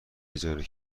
اجاره